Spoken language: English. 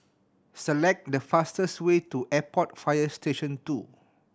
select the fastest way to Airport Fire Station Two